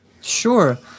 Sure